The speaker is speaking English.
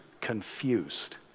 confused